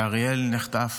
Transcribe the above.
ואריאל נחטף